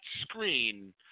screen